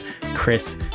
Chris